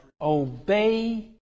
Obey